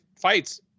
fights